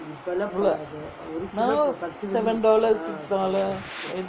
now seven dollar six dollar eight